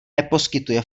neposkytuje